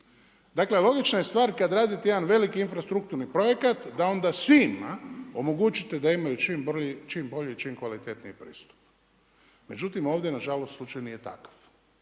Dakle logična je stvar kada radite jedan veliki infrastrukturni projekat da onda svima omogućite da imaju čim bolji i čim kvalitetniji pristup, međutim ovdje nažalost slučaj nije takav.